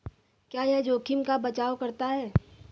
क्या यह जोखिम का बचाओ करता है?